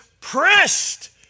pressed